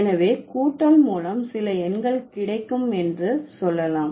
எனவே கூட்டல் மூலம் சில எண்கள் கிடைக்கும் என்று சொல்லலாம்